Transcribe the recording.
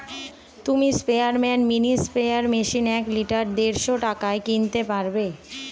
তুমি স্পেয়ারম্যান mini sprayer machine এক লিটার দেড়শ টাকায় কিনতে পারবে